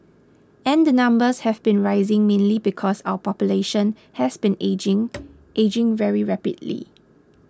and the numbers have been rising mainly because our population has been ageing ageing very rapidly